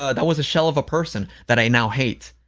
ah that was a shell of a person that i now hate.